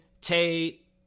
Tate